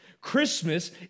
Christmas